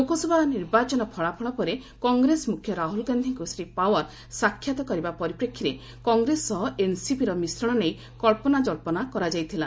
ଲୋକସଭା ନିର୍ବାଚନ ଫଳାଫଳ ପରେ କଂଗ୍ରେସ ମୁଖ୍ୟ ରାହୁଲ ଗାନ୍ଧୀଙ୍କୁ ଶ୍ରୀ ପାୱାର ସାକ୍ଷାତ କରିବା ପରିପ୍ରେକ୍ଷୀରେ କଂଗ୍ରେସ ସହ ଏନସିପିର ମିଶ୍ରଣ କ୍ସ ନା ଜନ୍ମନା ନେଇ ଅନୁମାନ କରାଯାଇଥିଲା